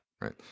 right